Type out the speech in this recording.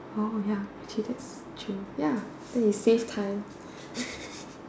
oh ya okay that's true ya then you save time